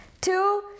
Two